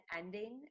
ending